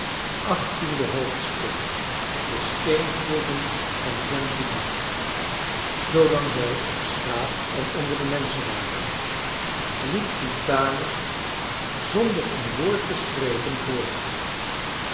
de steengroeven van gentilly zoolang wij op straat en onder de menschen waren liep vitalis zonder een woord te spreken voort